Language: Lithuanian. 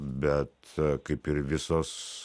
bet kaip ir visos